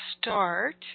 start